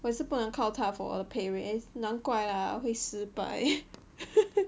我也是不能靠他 for 我的 pay raise 难怪 lah 会失败